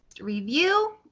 review